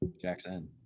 Jackson